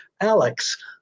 Alex